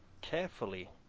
carefully